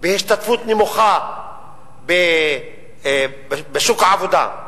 בהשתתפות נמוכה בשוק העבודה,